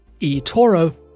eToro